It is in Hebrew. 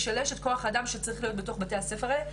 לשלש את כוח האדם שצריך להיות תוך בתי הספר האלה.